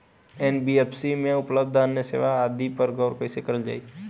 NBFC में उपलब्ध अन्य सेवा आदि पर गौर कइसे करल जाइ?